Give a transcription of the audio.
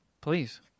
Please